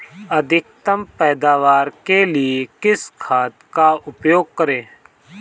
अधिकतम पैदावार के लिए किस खाद का उपयोग करें?